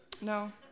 No